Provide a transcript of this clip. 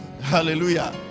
Hallelujah